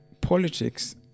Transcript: politics